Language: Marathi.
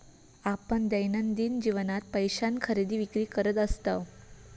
आपण दैनंदिन जीवनात पैशान खरेदी विक्री करत असतव